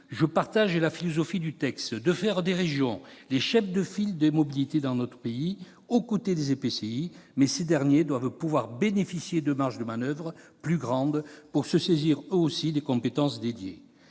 j'approuve la philosophie du texte, consistant à faire des régions les chefs de file des mobilités dans notre pays, aux côtés des EPCI. Mais ces derniers doivent pouvoir bénéficier de marges de manoeuvre plus grandes pour se saisir, eux aussi, des compétences dédiées.